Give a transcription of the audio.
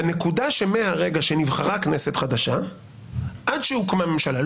בנקודה שמהרגע שנבחרה כנסת חדשה עד שהוקמה ממשלה,